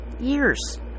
years